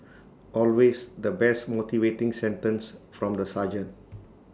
always the best motivating sentence from the sergeant